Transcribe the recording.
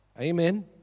Amen